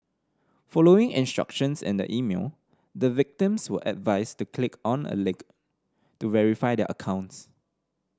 following instructions in the email the victims were advised to click on a link to verify their accounts